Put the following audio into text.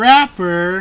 Rapper